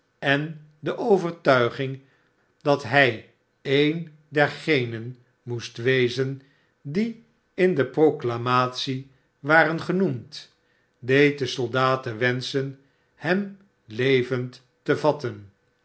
en de overtuiging dat hij een dergenen moest wezen die in de proclamatie waren genoemd deed de soldaten wenschen hem levend te vatten